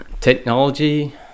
Technology